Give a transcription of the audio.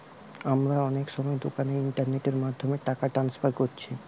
আমরা অনেক সময় দোকানে ইন্টারনেটের মাধ্যমে টাকা ট্রান্সফার কোরছি